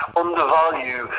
undervalue